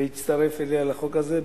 להצטרף אליה לחוק הזה.